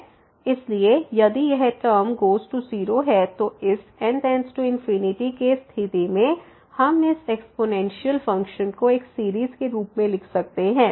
इसलिए यदि यह टर्म गोज़ टू 0 है तो इस n→∞ केस्थिति में हम इस एक्स्पोनेंशियल फ़ंक्शन को एक सीरीज़ के रूप में लिख सकते हैं